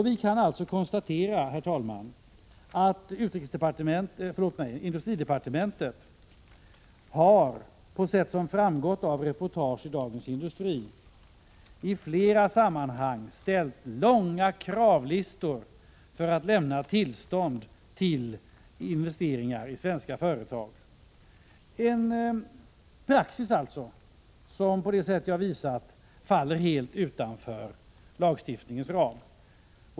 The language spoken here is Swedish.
Vi kan alltså konstatera, herr talman, att industridepartementet har, på sätt som framgått av reportage i Dagens Industri, i flera sammanhang på långa listor ställt krav för att lämna tillstånd till investeringar i svenska företag. Detta är en praxis som, på det sätt jag har visat, helt faller utanför lagstiftningens ram.